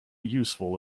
useful